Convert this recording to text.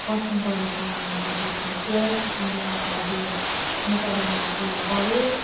खरसाङ कलेजमा मैले first year second year third year Nepali honours लिएर पढेँ